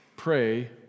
Pray